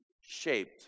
shaped